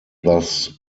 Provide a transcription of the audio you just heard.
thus